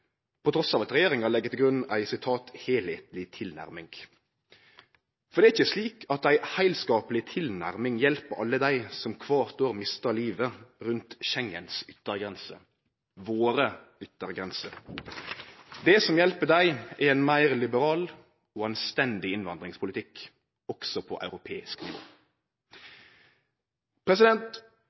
at regjeringa legg til grunn ei «helhetlig tilnærming». Det er ikkje slik at ei heilskapleg tilnærming hjelper alle dei som kvart år mistar livet rundt Schengens yttergrense – våre yttergrenser. Det som hjelper dei, er ein meir liberal og anstendig innvandringspolitikk – også på europeisk